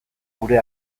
gure